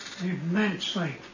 Immensely